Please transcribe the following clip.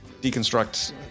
deconstruct